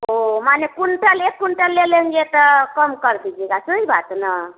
वह माने कुंटल एक कुंटल ले लेंगे त कम कर दीजिएगा सो ही बात न